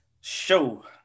show